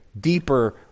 deeper